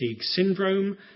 syndrome